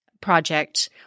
project